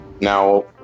Now